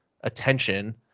attention